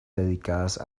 dedicadas